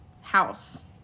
house